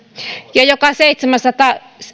joka seitsemännessä